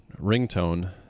ringtone